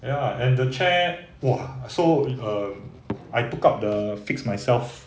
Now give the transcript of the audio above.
ya and the chair !wah! so um I picked up the fix myself